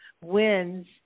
wins